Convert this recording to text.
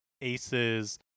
aces